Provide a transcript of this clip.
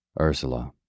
Ursula